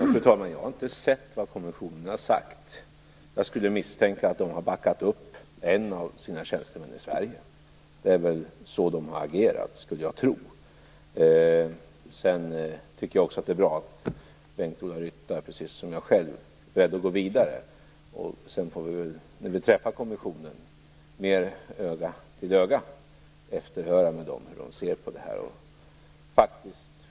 Fru talman! Jag har inte sett vad kommissionen har sagt. Jag skulle misstänka att den har backat upp en av sina tjänstemän i Sverige. Det är väl så man har agerat, skulle jag tro. Jag tycker också att det är bra att Bengt-Ola Ryttar, precis som jag själv, är beredd att gå vidare. När vi träffar kommissionen öga mot öga får vi efterhöra med dem hur de ser på detta.